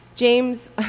James